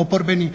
oporbeni